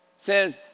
says